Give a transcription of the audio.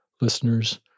listeners